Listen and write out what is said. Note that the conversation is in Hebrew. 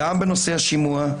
גם בנושא השימוע,